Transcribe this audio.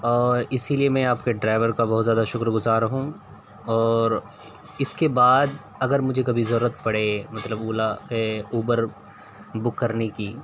اور اسی لیے میں آپ کے ڈرائیور کا بہت زیادہ شکر گزار ہوں اور اس کے بعد اگر مجھے کبھی ضرورت پڑے مطلب اولا اوبر بک کرنے کی